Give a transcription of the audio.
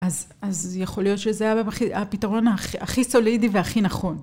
אז יכול להיות שזה היה הפתרון הכי סולידי והכי נכון.